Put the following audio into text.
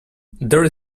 there